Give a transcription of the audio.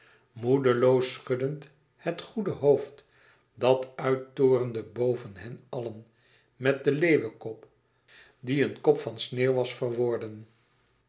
moedeloos schuddend het goede hoofd dat uit torende boven hen allen met den leeuwenkop die een kop van sneeuw was verworden